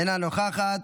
אינה נוכחת,